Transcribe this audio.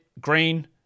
Green